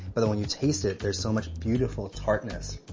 but when you taste it there is so much beautiful tartness.